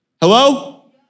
Hello